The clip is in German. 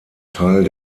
teil